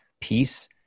peace